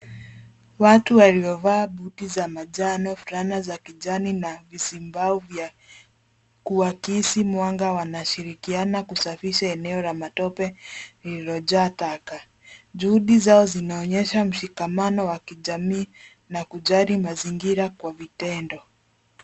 Watu waliovaa buti za manjano, fulana za kijani na vizimbao vya kuakisi mwanga wanashirikiana kusafisha eneo la matope lililojaa taka. Juhudi zao zinaonyesha mshikamano wa kijamii na kujali mazingira kwa vitendo.